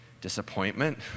disappointment